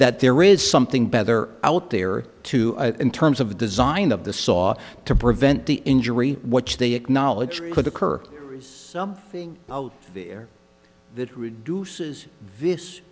that there is something better out there to in terms of the design of the saw to prevent the injury which they acknowledged could occur something out there that reduces this